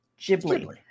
Ghibli